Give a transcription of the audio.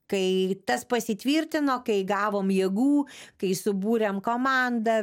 kai tas pasitvirtino kai gavom jėgų kai subūrėm komandą